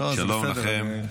שלום לכם.